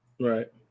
Right